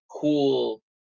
cool